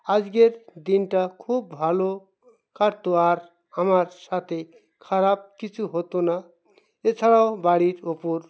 আজকের দিনটা খুব ভালো কাটতো আর আমার সাথে খারাপ কিছু হতো না এছাড়াও বাড়ির ওপর